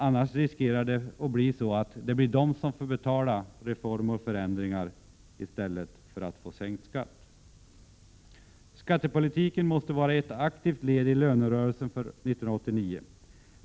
Annars riskerar de att få betala reformer och förändringar i stället för att få sänkt skatt. Skattepolitiken måste vara ett aktivt led i lönerörelsen för år 1989.